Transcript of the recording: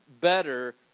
better